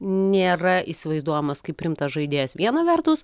nėra įsivaizduojamas kaip rimtas žaidėjas viena vertus